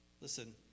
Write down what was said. Listen